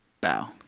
bow